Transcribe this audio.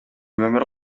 көмүр